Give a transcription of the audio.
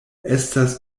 estas